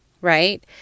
right